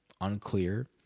unclear